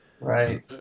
Right